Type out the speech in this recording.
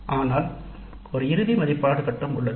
ஆனால் ஒரு இறுதி மதிப்பீட்டு கட்டம் உள்ளது